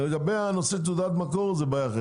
הנושא של תעודת מקור זו בעיה אחרת.